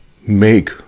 make